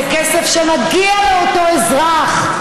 זה כסף שמגיע לאותו אזרח,